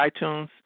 iTunes